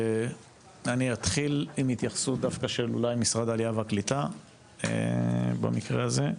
אני אתחיל עם התייחסות דווקא של אולי משרד העלייה והקליטה במקרה הזה.